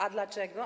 A dlaczego?